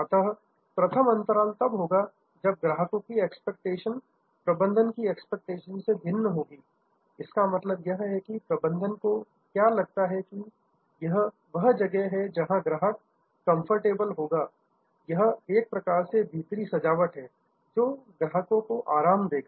अतः प्रथम अंतराल तब होगा जब ग्राहकों की एक्सपेक्टेशन अपेक्षा प्रबंधन की एक्सपेक्टेशन से भिन्न होती है इसका मतलब यह है कि प्रबंधन को क्या लगता है की यह वह जगह है जहां ग्राहक कंफर्टेबल होगा यह एक प्रकार से भीतरी सजावट है जो ग्राहकों को आराम देगा